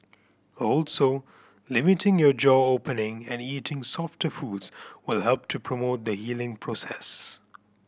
also limiting your jaw opening and eating softer foods will help to promote the healing process